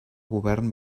govern